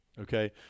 Okay